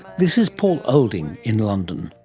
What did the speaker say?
this is paul olding in london.